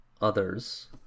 others